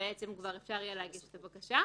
כבר יהיה אפשר להגיש את הבקשה.